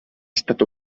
estat